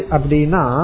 Abdina